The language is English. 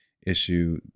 issue